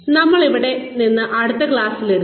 നമ്മൾ ഇവിടെ നിന്ന് അടുത്ത ക്ലാസിൽ എടുക്കും